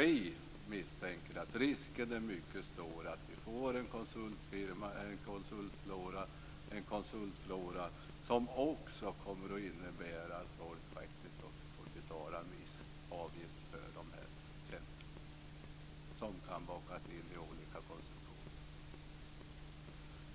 Vi misstänker att risken är mycket stor att vi får en konsultflora som kommer att innebära att människor kommer att få betala en viss avgift för dessa tjänster, som kan bakas in i olika konstruktioner.